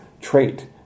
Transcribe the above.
trait